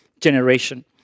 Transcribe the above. generation